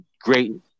great